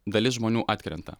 dalis žmonių atkrenta